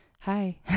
hi